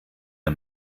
der